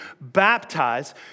baptize